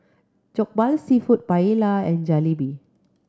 Jokbal Seafood Paella and Jalebi